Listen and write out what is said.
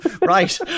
right